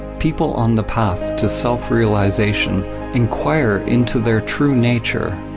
people on the path to self-realization inquire into their true nature,